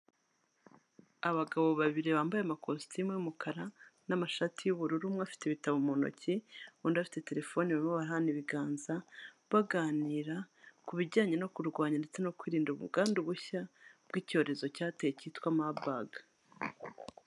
Abagabo babiri bambaye amakositimu y'umukara n'amashati y'ubururu, umwe afite ibitabo mu ntoki, undi afite terefone barimo barahana ibiganza, baganira ku bijyanye no kurwanya ndetse no kwirinda ubwandu bushya bw'icyorezo cyateye cyitwa Marburg.